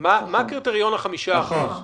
מה הקריטריון ל-5%?